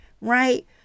right